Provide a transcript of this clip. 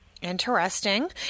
Interesting